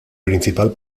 principal